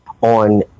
on